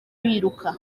biruka